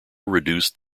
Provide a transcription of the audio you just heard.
reduced